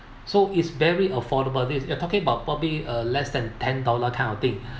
so is very affordable this we are talking about probably uh less than ten dollar kind of thing